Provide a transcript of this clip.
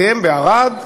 אתם בערד?